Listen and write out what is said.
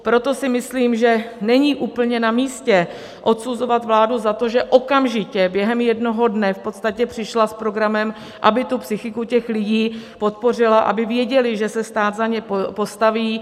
Proto si myslím, že není úplně namístě odsuzovat vládu za to, že okamžitě během jednoho dne v podstatě přišla s programem, aby psychiku těch lidí podpořila, aby věděli, že se stát za ně postaví.